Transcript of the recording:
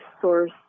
source